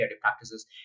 practices